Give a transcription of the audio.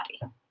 body